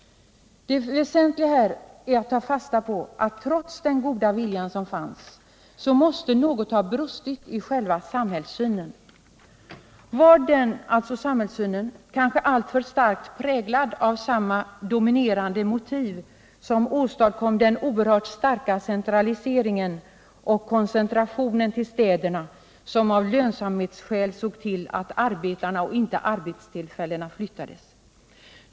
Det är väsentligt att ta fasta på att, trots den goda viljan som fanns, något måste ha brustit i själva samhällssynen. Var den kanske alltför starkt präglad av samma dominerande motiv som åstadkom den oerhört starka centraliseringen och koncentrationen till städerna, som av lönsamhetsskäl såg till att arbetarna och inte arbetstillfällena flyttades?